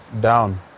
down